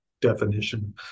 definition